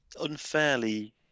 unfairly